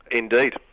indeed.